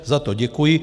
Za to děkuji.